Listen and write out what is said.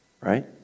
right